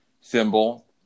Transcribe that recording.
symbol